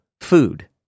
food